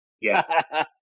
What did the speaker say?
Yes